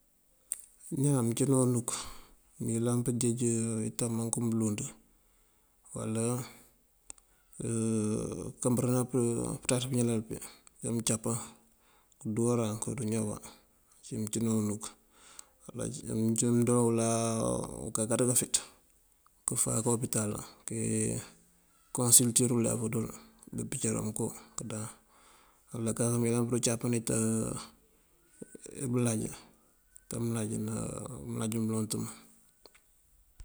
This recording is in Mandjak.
Ujá mëţíjëna unuk mëyëlan pënjeej ito mëmbúk mulund uwala këmbërën pël pënţaţ pëñalal pí këcapan këdu duwaran këdu ñawa ucí mëţíjëna unuk. Uwala ucí mëndoo wuláa akakaraţ ufeeţ këfáanka opital keconsultir ulef dul bupicëro mënko kudáan. Uwala kak mëyëlan kadu capan ito bëlaj, ito mëlaj ná mëla mëloot mun.